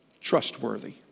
Trustworthy